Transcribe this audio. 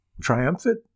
Triumphant